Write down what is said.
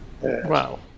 Wow